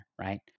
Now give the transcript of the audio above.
right